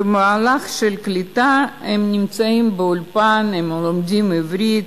במהלך הקליטה הם נמצאים באולפן, לומדים עברית,